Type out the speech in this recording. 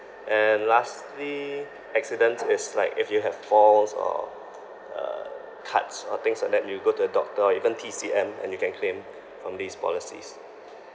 and lastly accidents is like if you have falls or uh cuts or things like that you go to a doctor or even T_C_M and you can claim from these policies